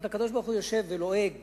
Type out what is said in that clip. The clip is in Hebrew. הקדוש-ברוך-הוא יושב ולועג